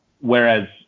whereas